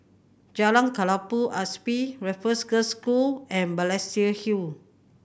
Jalan Kelabu Asap Raffles Girls' School and Balestier Hill